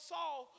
Saul